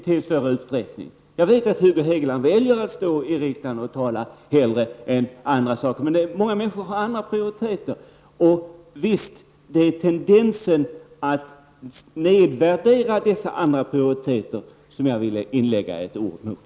Jag vet att Hugo Hegeland hellre väljer att stå i riksdagen och tala än att göra andra saker, men många människor har andra prioriteter, och det är tendensen att nedvärdera dessa andra prioriteter som jag ville inlägga ett ord emot.